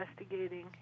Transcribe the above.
investigating